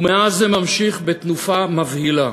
ומאז זה ממשיך בתנופה מבהילה.